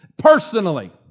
personally